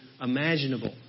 imaginable